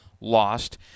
lost